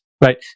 right